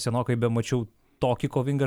senokai bemačiau tokį kovingą